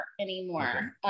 anymore